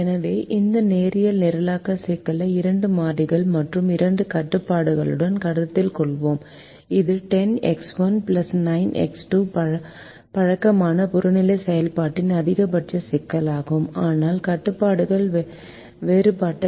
எனவே இந்த நேரியல் நிரலாக்க சிக்கலை 2 மாறிகள் மற்றும் 2 கட்டுப்பாடுகளுடன் கருத்தில் கொள்வோம் இது 10X1 9X2 பழக்கமான புறநிலை செயல்பாட்டின் அதிகபட்ச சிக்கலாகும் ஆனால் கட்டுப்பாடுகள் வேறுபட்டவை